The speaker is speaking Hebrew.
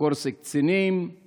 קורס קצינים /